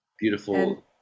beautiful